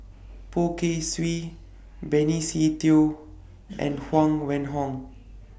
Poh Kay Swee Benny Se Teo and Huang Wenhong